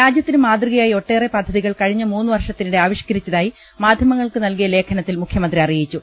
രാജ്യത്തിന് മാതൃക യായി ഒട്ടേറെ പദ്ധതികൾ കഴിഞ്ഞ മൂന്നുവർഷത്തിനിടെ ആവി ഷ്കരിച്ചതായി മാധ്യമങ്ങൾക്ക് നൽകിയ ലേഖനത്തിൽ മുഖ്യമന്ത്രി അറിയിച്ചു